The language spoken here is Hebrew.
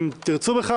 אם תרצו בכך,